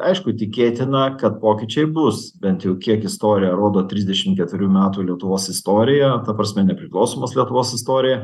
aišku tikėtina kad pokyčiai bus bent jau kiek istorija rodo trisdešim keturių metų lietuvos istorija ta prasme nepriklausomos lietuvos istorija